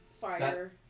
fire